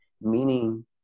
meaning